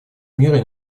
мира